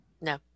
no